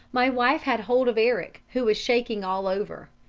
my wife had hold of eric, who was shaking all over.